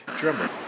drummer